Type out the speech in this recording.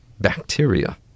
bacteria